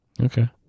Okay